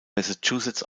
massachusetts